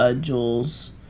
Jules